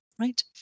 Right